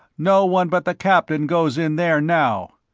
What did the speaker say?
no one but the captain goes in there now.